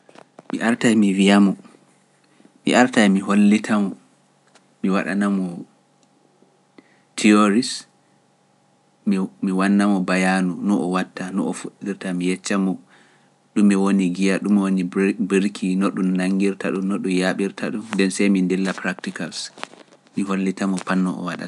Mi artai mi wiya mo, mi artai mi hollita mo, mi waɗana mo theories, mi wana mo bayanu no o watta, no o fuɗirta, mi yecca mo ɗume woni giya, ɗume woni birki no ɗum nanngirta ɗum, no ɗum yaaɓirta ɗum, nden sey mi ndilla practicals, mi hollita mo panno o waɗata.